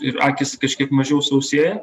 ir akys kažkiek mažiau sausėja